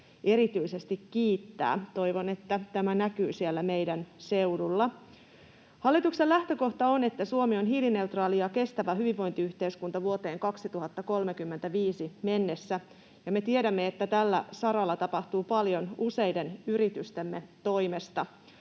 erityisesti kiittää. Toivon, että tämä näkyy siellä meidän seudulla. Hallituksen lähtökohta on, että Suomi on hiilineutraali ja kestävä hyvinvointiyhteiskunta vuoteen 2035 mennessä, ja me tiedämme, että tällä saralla tapahtuu paljon useiden yritystemme toimesta.